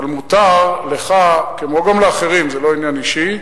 אבל מותר לך, כמו גם לאחרים, זה לא עניין אישי,